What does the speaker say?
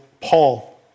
Paul